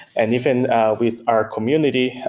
and even with our community,